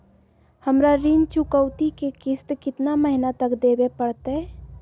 हमरा ऋण चुकौती के किस्त कितना महीना तक देवे पड़तई?